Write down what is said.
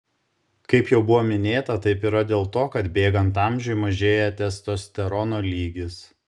kaip jau buvo minėta taip yra dėl to kad bėgant amžiui mažėja testosterono lygis